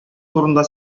турында